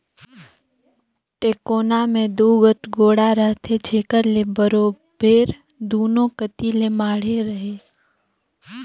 टेकोना मे दूगोट गोड़ा रहथे जेकर ले बरोबेर दूनो कती ले माढ़े रहें